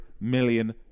million